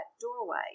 doorway